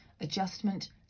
adjustment